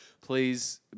please